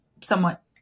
somewhat